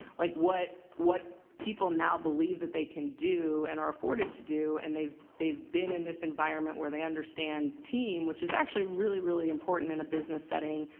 like what what people now believe that they can do and are afforded to do. and they've they've been in this environment where they understand team, which is actually really, really important in a business setting.